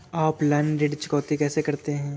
Offline ऋण चुकौती कैसे करते हैं?